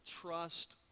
trust